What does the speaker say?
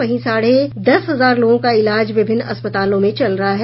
वहीं साढ़े दस हजार लोगों का इलाज विभिन्न अस्पतालों में चल रहा है